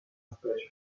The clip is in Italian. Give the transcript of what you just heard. specie